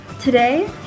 Today